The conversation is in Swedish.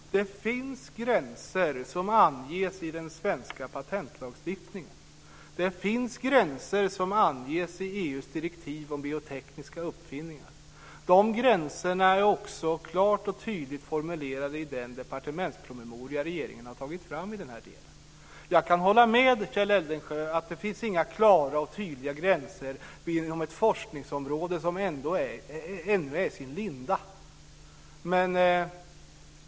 Fru talman! Det finns gränser som anges i den svenska patentlagstiftningen. Det finns gränser som anges i EU:s direktiv om biotekniska uppfinningar. De gränserna är också klart och tydligt formulerade i den departementspromemoria regeringen har tagit fram i den delen. Jag kan hålla med Kjell Eldensjö om att det finns inga klara och tydliga gränser inom ett forskningsområde som ännu ligger i sin linda.